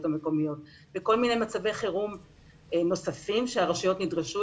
המקומיות וכל מיני מצבי חירום נוספים שהרשויות נדרשו